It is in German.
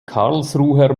karlsruher